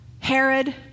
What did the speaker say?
Herod